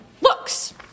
looks